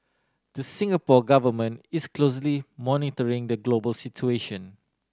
the Singapore Government is closely monitoring the global situation